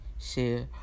share